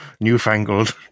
newfangled